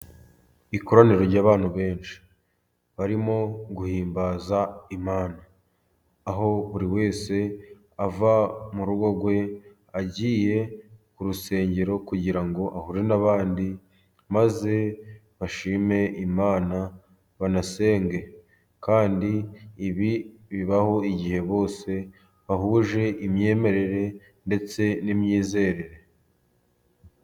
Ikoraniro ry'abantu benshi barimo guhimbaza Imana, aho buri wese ava mu rugo rwe agiye ku rusengero kugira ngo ahure n'abandi maze bashime Imana banasenge, kandi ibi bibaho igihe bose bahuje imyemerere ndetse n'imyizerere.